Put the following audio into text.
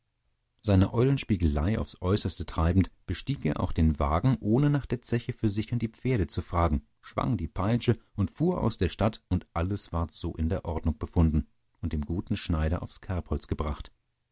seine eulenspiegelei aufs äußerste treibend bestieg er auch den wagen ohne nach der zeche für sich und die pferde zu fragen schwang die peitsche und fuhr aus der stadt und alles ward so in der ordnung befunden und dem guten schneider aufs kerbholz gebracht